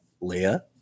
Leah